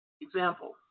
example